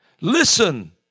Listen